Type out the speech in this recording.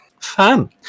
fun